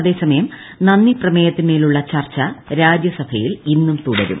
അതേസമയം നന്ദി പ്രമേയത്തിൻമേലുള്ള ചർച്ച രാജ്യസഭിയിൽ ്ഇന്നും തുടരും